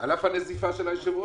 על אף הנזיפה של היושב-ראש?